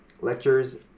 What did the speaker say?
lectures